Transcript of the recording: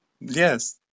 Yes